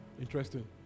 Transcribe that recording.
Interesting